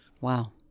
Wow